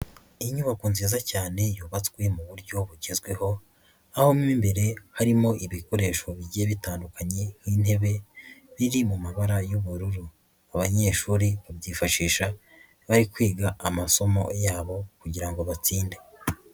Inyubako nziza cyane yubatswe mu buryo bugezweho, aho mo imbere harimo ibikoresho bigiye bitandukanye nk'intebe biri mu mabara y'ubururu, abanyeshuri babyifashisha bari kwiga amasomo yabo kugira ngo batsinde.